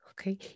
Okay